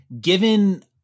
Given